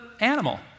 animal